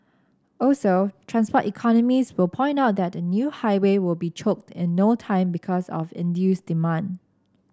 also transport economists will point out that a new highway will be choked in no time because of induced demand